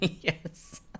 yes